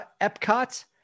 Epcot